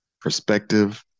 perspective